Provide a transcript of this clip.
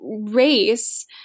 race